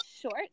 short